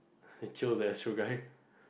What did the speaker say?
jio the astro guy